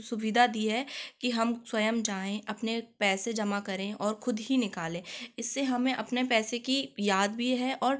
सुविधा दी है कि हम स्वयं जाएं अपने पैसे जमा करें और खुद ही निकालें इससे हमें अपने पैसे की याद भी है और